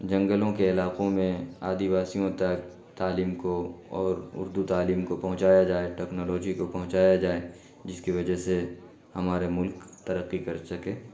جنگلوں کے علاقوں میں آدیواسیوں تک تعلیم کو اور اردو تعلیم کو پہنچایا جائے ٹیکنالوجی کو پہنچایا جائے جس کی وجہ سے ہمارے ملک ترقی کر سکے